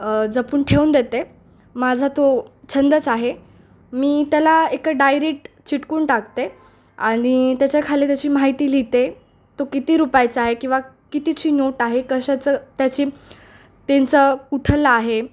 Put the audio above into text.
जपून ठेवून देते माझा तो छंदच आहे मी त्याला एका डायरीत चिटकवून टाकते आणि त्याच्याखाली त्याची माहिती लिहिते तो किती रुपायचा आहे किंवा कितीची नोट आहे कशाचं त्याची त्यांचं कुठलं आहे